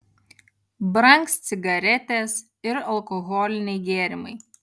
brangs cigaretės ir alkoholiniai gėrimai